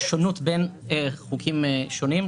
יש שונות בין חוקים שונים.